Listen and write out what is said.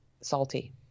salty